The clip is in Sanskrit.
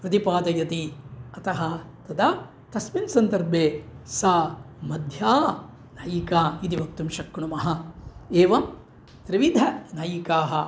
प्रतिपादयति अतः तदा तस्मिन् सन्दर्भे सा मध्या नायिका इति वक्तुं शक्नुमः एवं त्रिविधनायिकाः